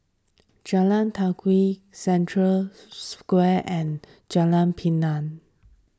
Jalan Telawi Century Square and Jalan Pemimpin